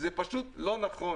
זה פשוט לא נכון.